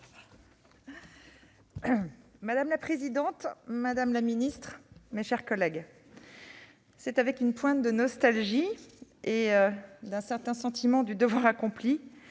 Madame la présidente, madame la ministre, mes chers collègues, c'est avec une pointe de nostalgie et le sentiment du devoir accompli